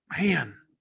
Man